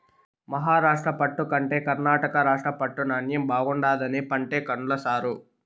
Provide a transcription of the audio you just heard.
మహారాష్ట్ర పట్టు కంటే కర్ణాటక రాష్ట్ర పట్టు నాణ్ణెం బాగుండాదని పంటే కొన్ల సారూ